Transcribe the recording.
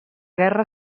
guerra